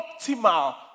optimal